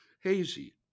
hazy